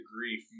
grief